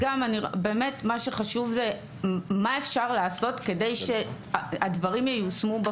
אז גם באמת מה שחשוב זה מה אפשר לעשות כדי שהדברים ייושמו,